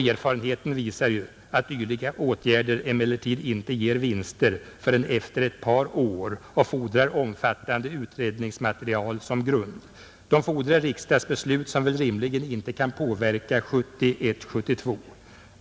Erfarenheten visar att dylika åtgärder emellertid inte ger vinster förrän efter ett par år och fordrar omfattande utredningsmaterial som grund. De fordrar riksdagsbeslut som rimligen inte kan påverka 1971/72 års budget.